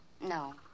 No